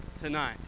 tonight